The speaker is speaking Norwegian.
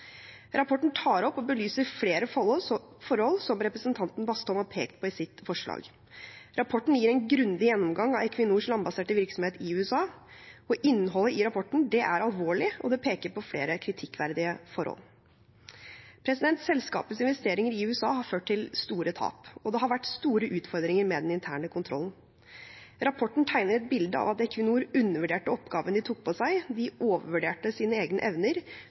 Rapporten tar opp og belyser flere forhold som representanten Bastholm har pekt på i sitt forslag. Rapporten gir en grundig gjennomgang av Equinors landbaserte virksomhet i USA. Innholdet i rapporten er alvorlig, og det peker på flere kritikkverdige forhold. Selskapets investeringer i USA har ført til store tap, og det har vært store utfordringer med den interne kontrollen. Rapporten tegner et bilde av at Equinor undervurderte oppgaven de tok på seg. De overvurderte sin egne evner,